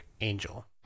angel